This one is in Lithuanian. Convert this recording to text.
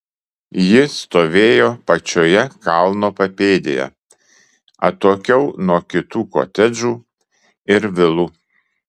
ji stovėjo pačioje kalno papėdėje atokiau nuo kitų kotedžų ir vilų